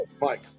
Mike